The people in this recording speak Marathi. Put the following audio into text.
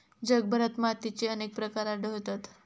जगभरात मातीचे अनेक प्रकार आढळतत